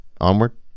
Onward